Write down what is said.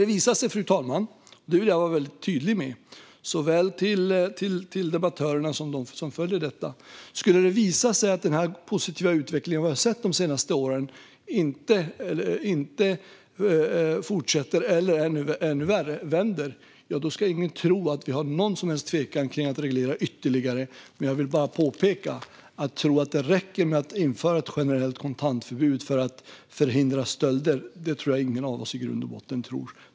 Om det skulle visa sig - och det vill jag vara tydlig med, till såväl debattörerna som dem som följer debatten - att den positiva utveckling vi har sett de senaste åren inte fortsätter, eller ännu värre vänder, ska ingen tro att vi kommer att tveka inför att reglera ytterligare. Men jag påpekar att ingen tror att det räcker med att införa ett generellt kontantförbud för att förhindra stölder.